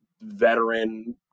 veteran